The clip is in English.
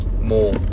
more